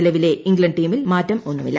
നിലവിലെ ഇംഗ്ലണ്ട് ട്ടീമിൽ മാറ്റമൊന്നുമില്ല